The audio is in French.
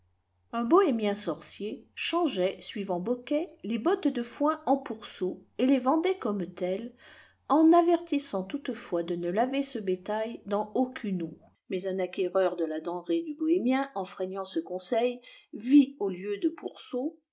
un bohémien sorcier changeait suivant boquet les bottes de foin en pourceaux et les vendait comme tels en avertissant toutefois de ne laver ce bétail dans aucune eau mais un acquéreur de la denrée du bohémien enfreignant ce conseil vit au lieu de pourceaux